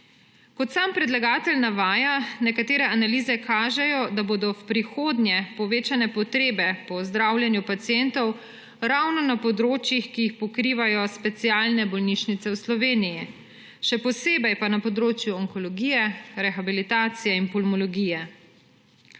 Kot sam predlagatelj navaja, nekatere analize kažejo, da bodo v prihodnje povečane potrebe po zdravljenju pacientov ravno na področjih, ki jih pokrivajo specialne bolnišnice v Sloveniji, še posebej pa na področju onkologije, rehabilitacije in pulmologije.